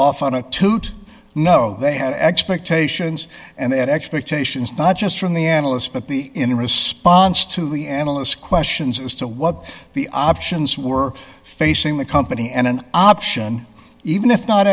off on a toot no they have expectations and expectations not just from the analysts but the in response to the analysts questions as to what the options were facing the company and an option even if not